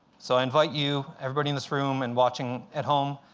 so i invite you, everybody in this room and watching at home,